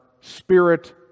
spirit